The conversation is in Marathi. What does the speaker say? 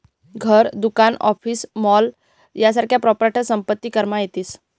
घर, दुकान, ऑफिस, मॉल यासारख्या प्रॉपर्ट्या संपत्ती करमा येतीस